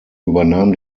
übernahm